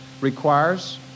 requires